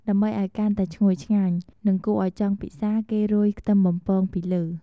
ដើម្បីឱ្យកាន់តែឈ្ងុយឆ្ងាញ់ និងគួរឱ្យចង់ពិសា គេរោយខ្ទឹមបំពងពីលើ។